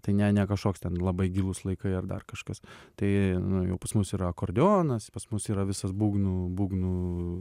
tai ne ne kažkoks ten labai gilūs laikai ar dar kažkas tai nu jau pas mus yra akordeonas pas mus yra visas būgnų būgnų